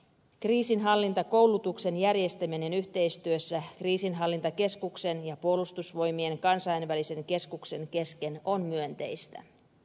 kriisinhallintakoulutuksen järjestäminen yhteistyössä kriisinhallintakeskuksen ja puolustusvoimien kansainvälisen keskuksen kesken on myönteistä